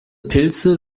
pilze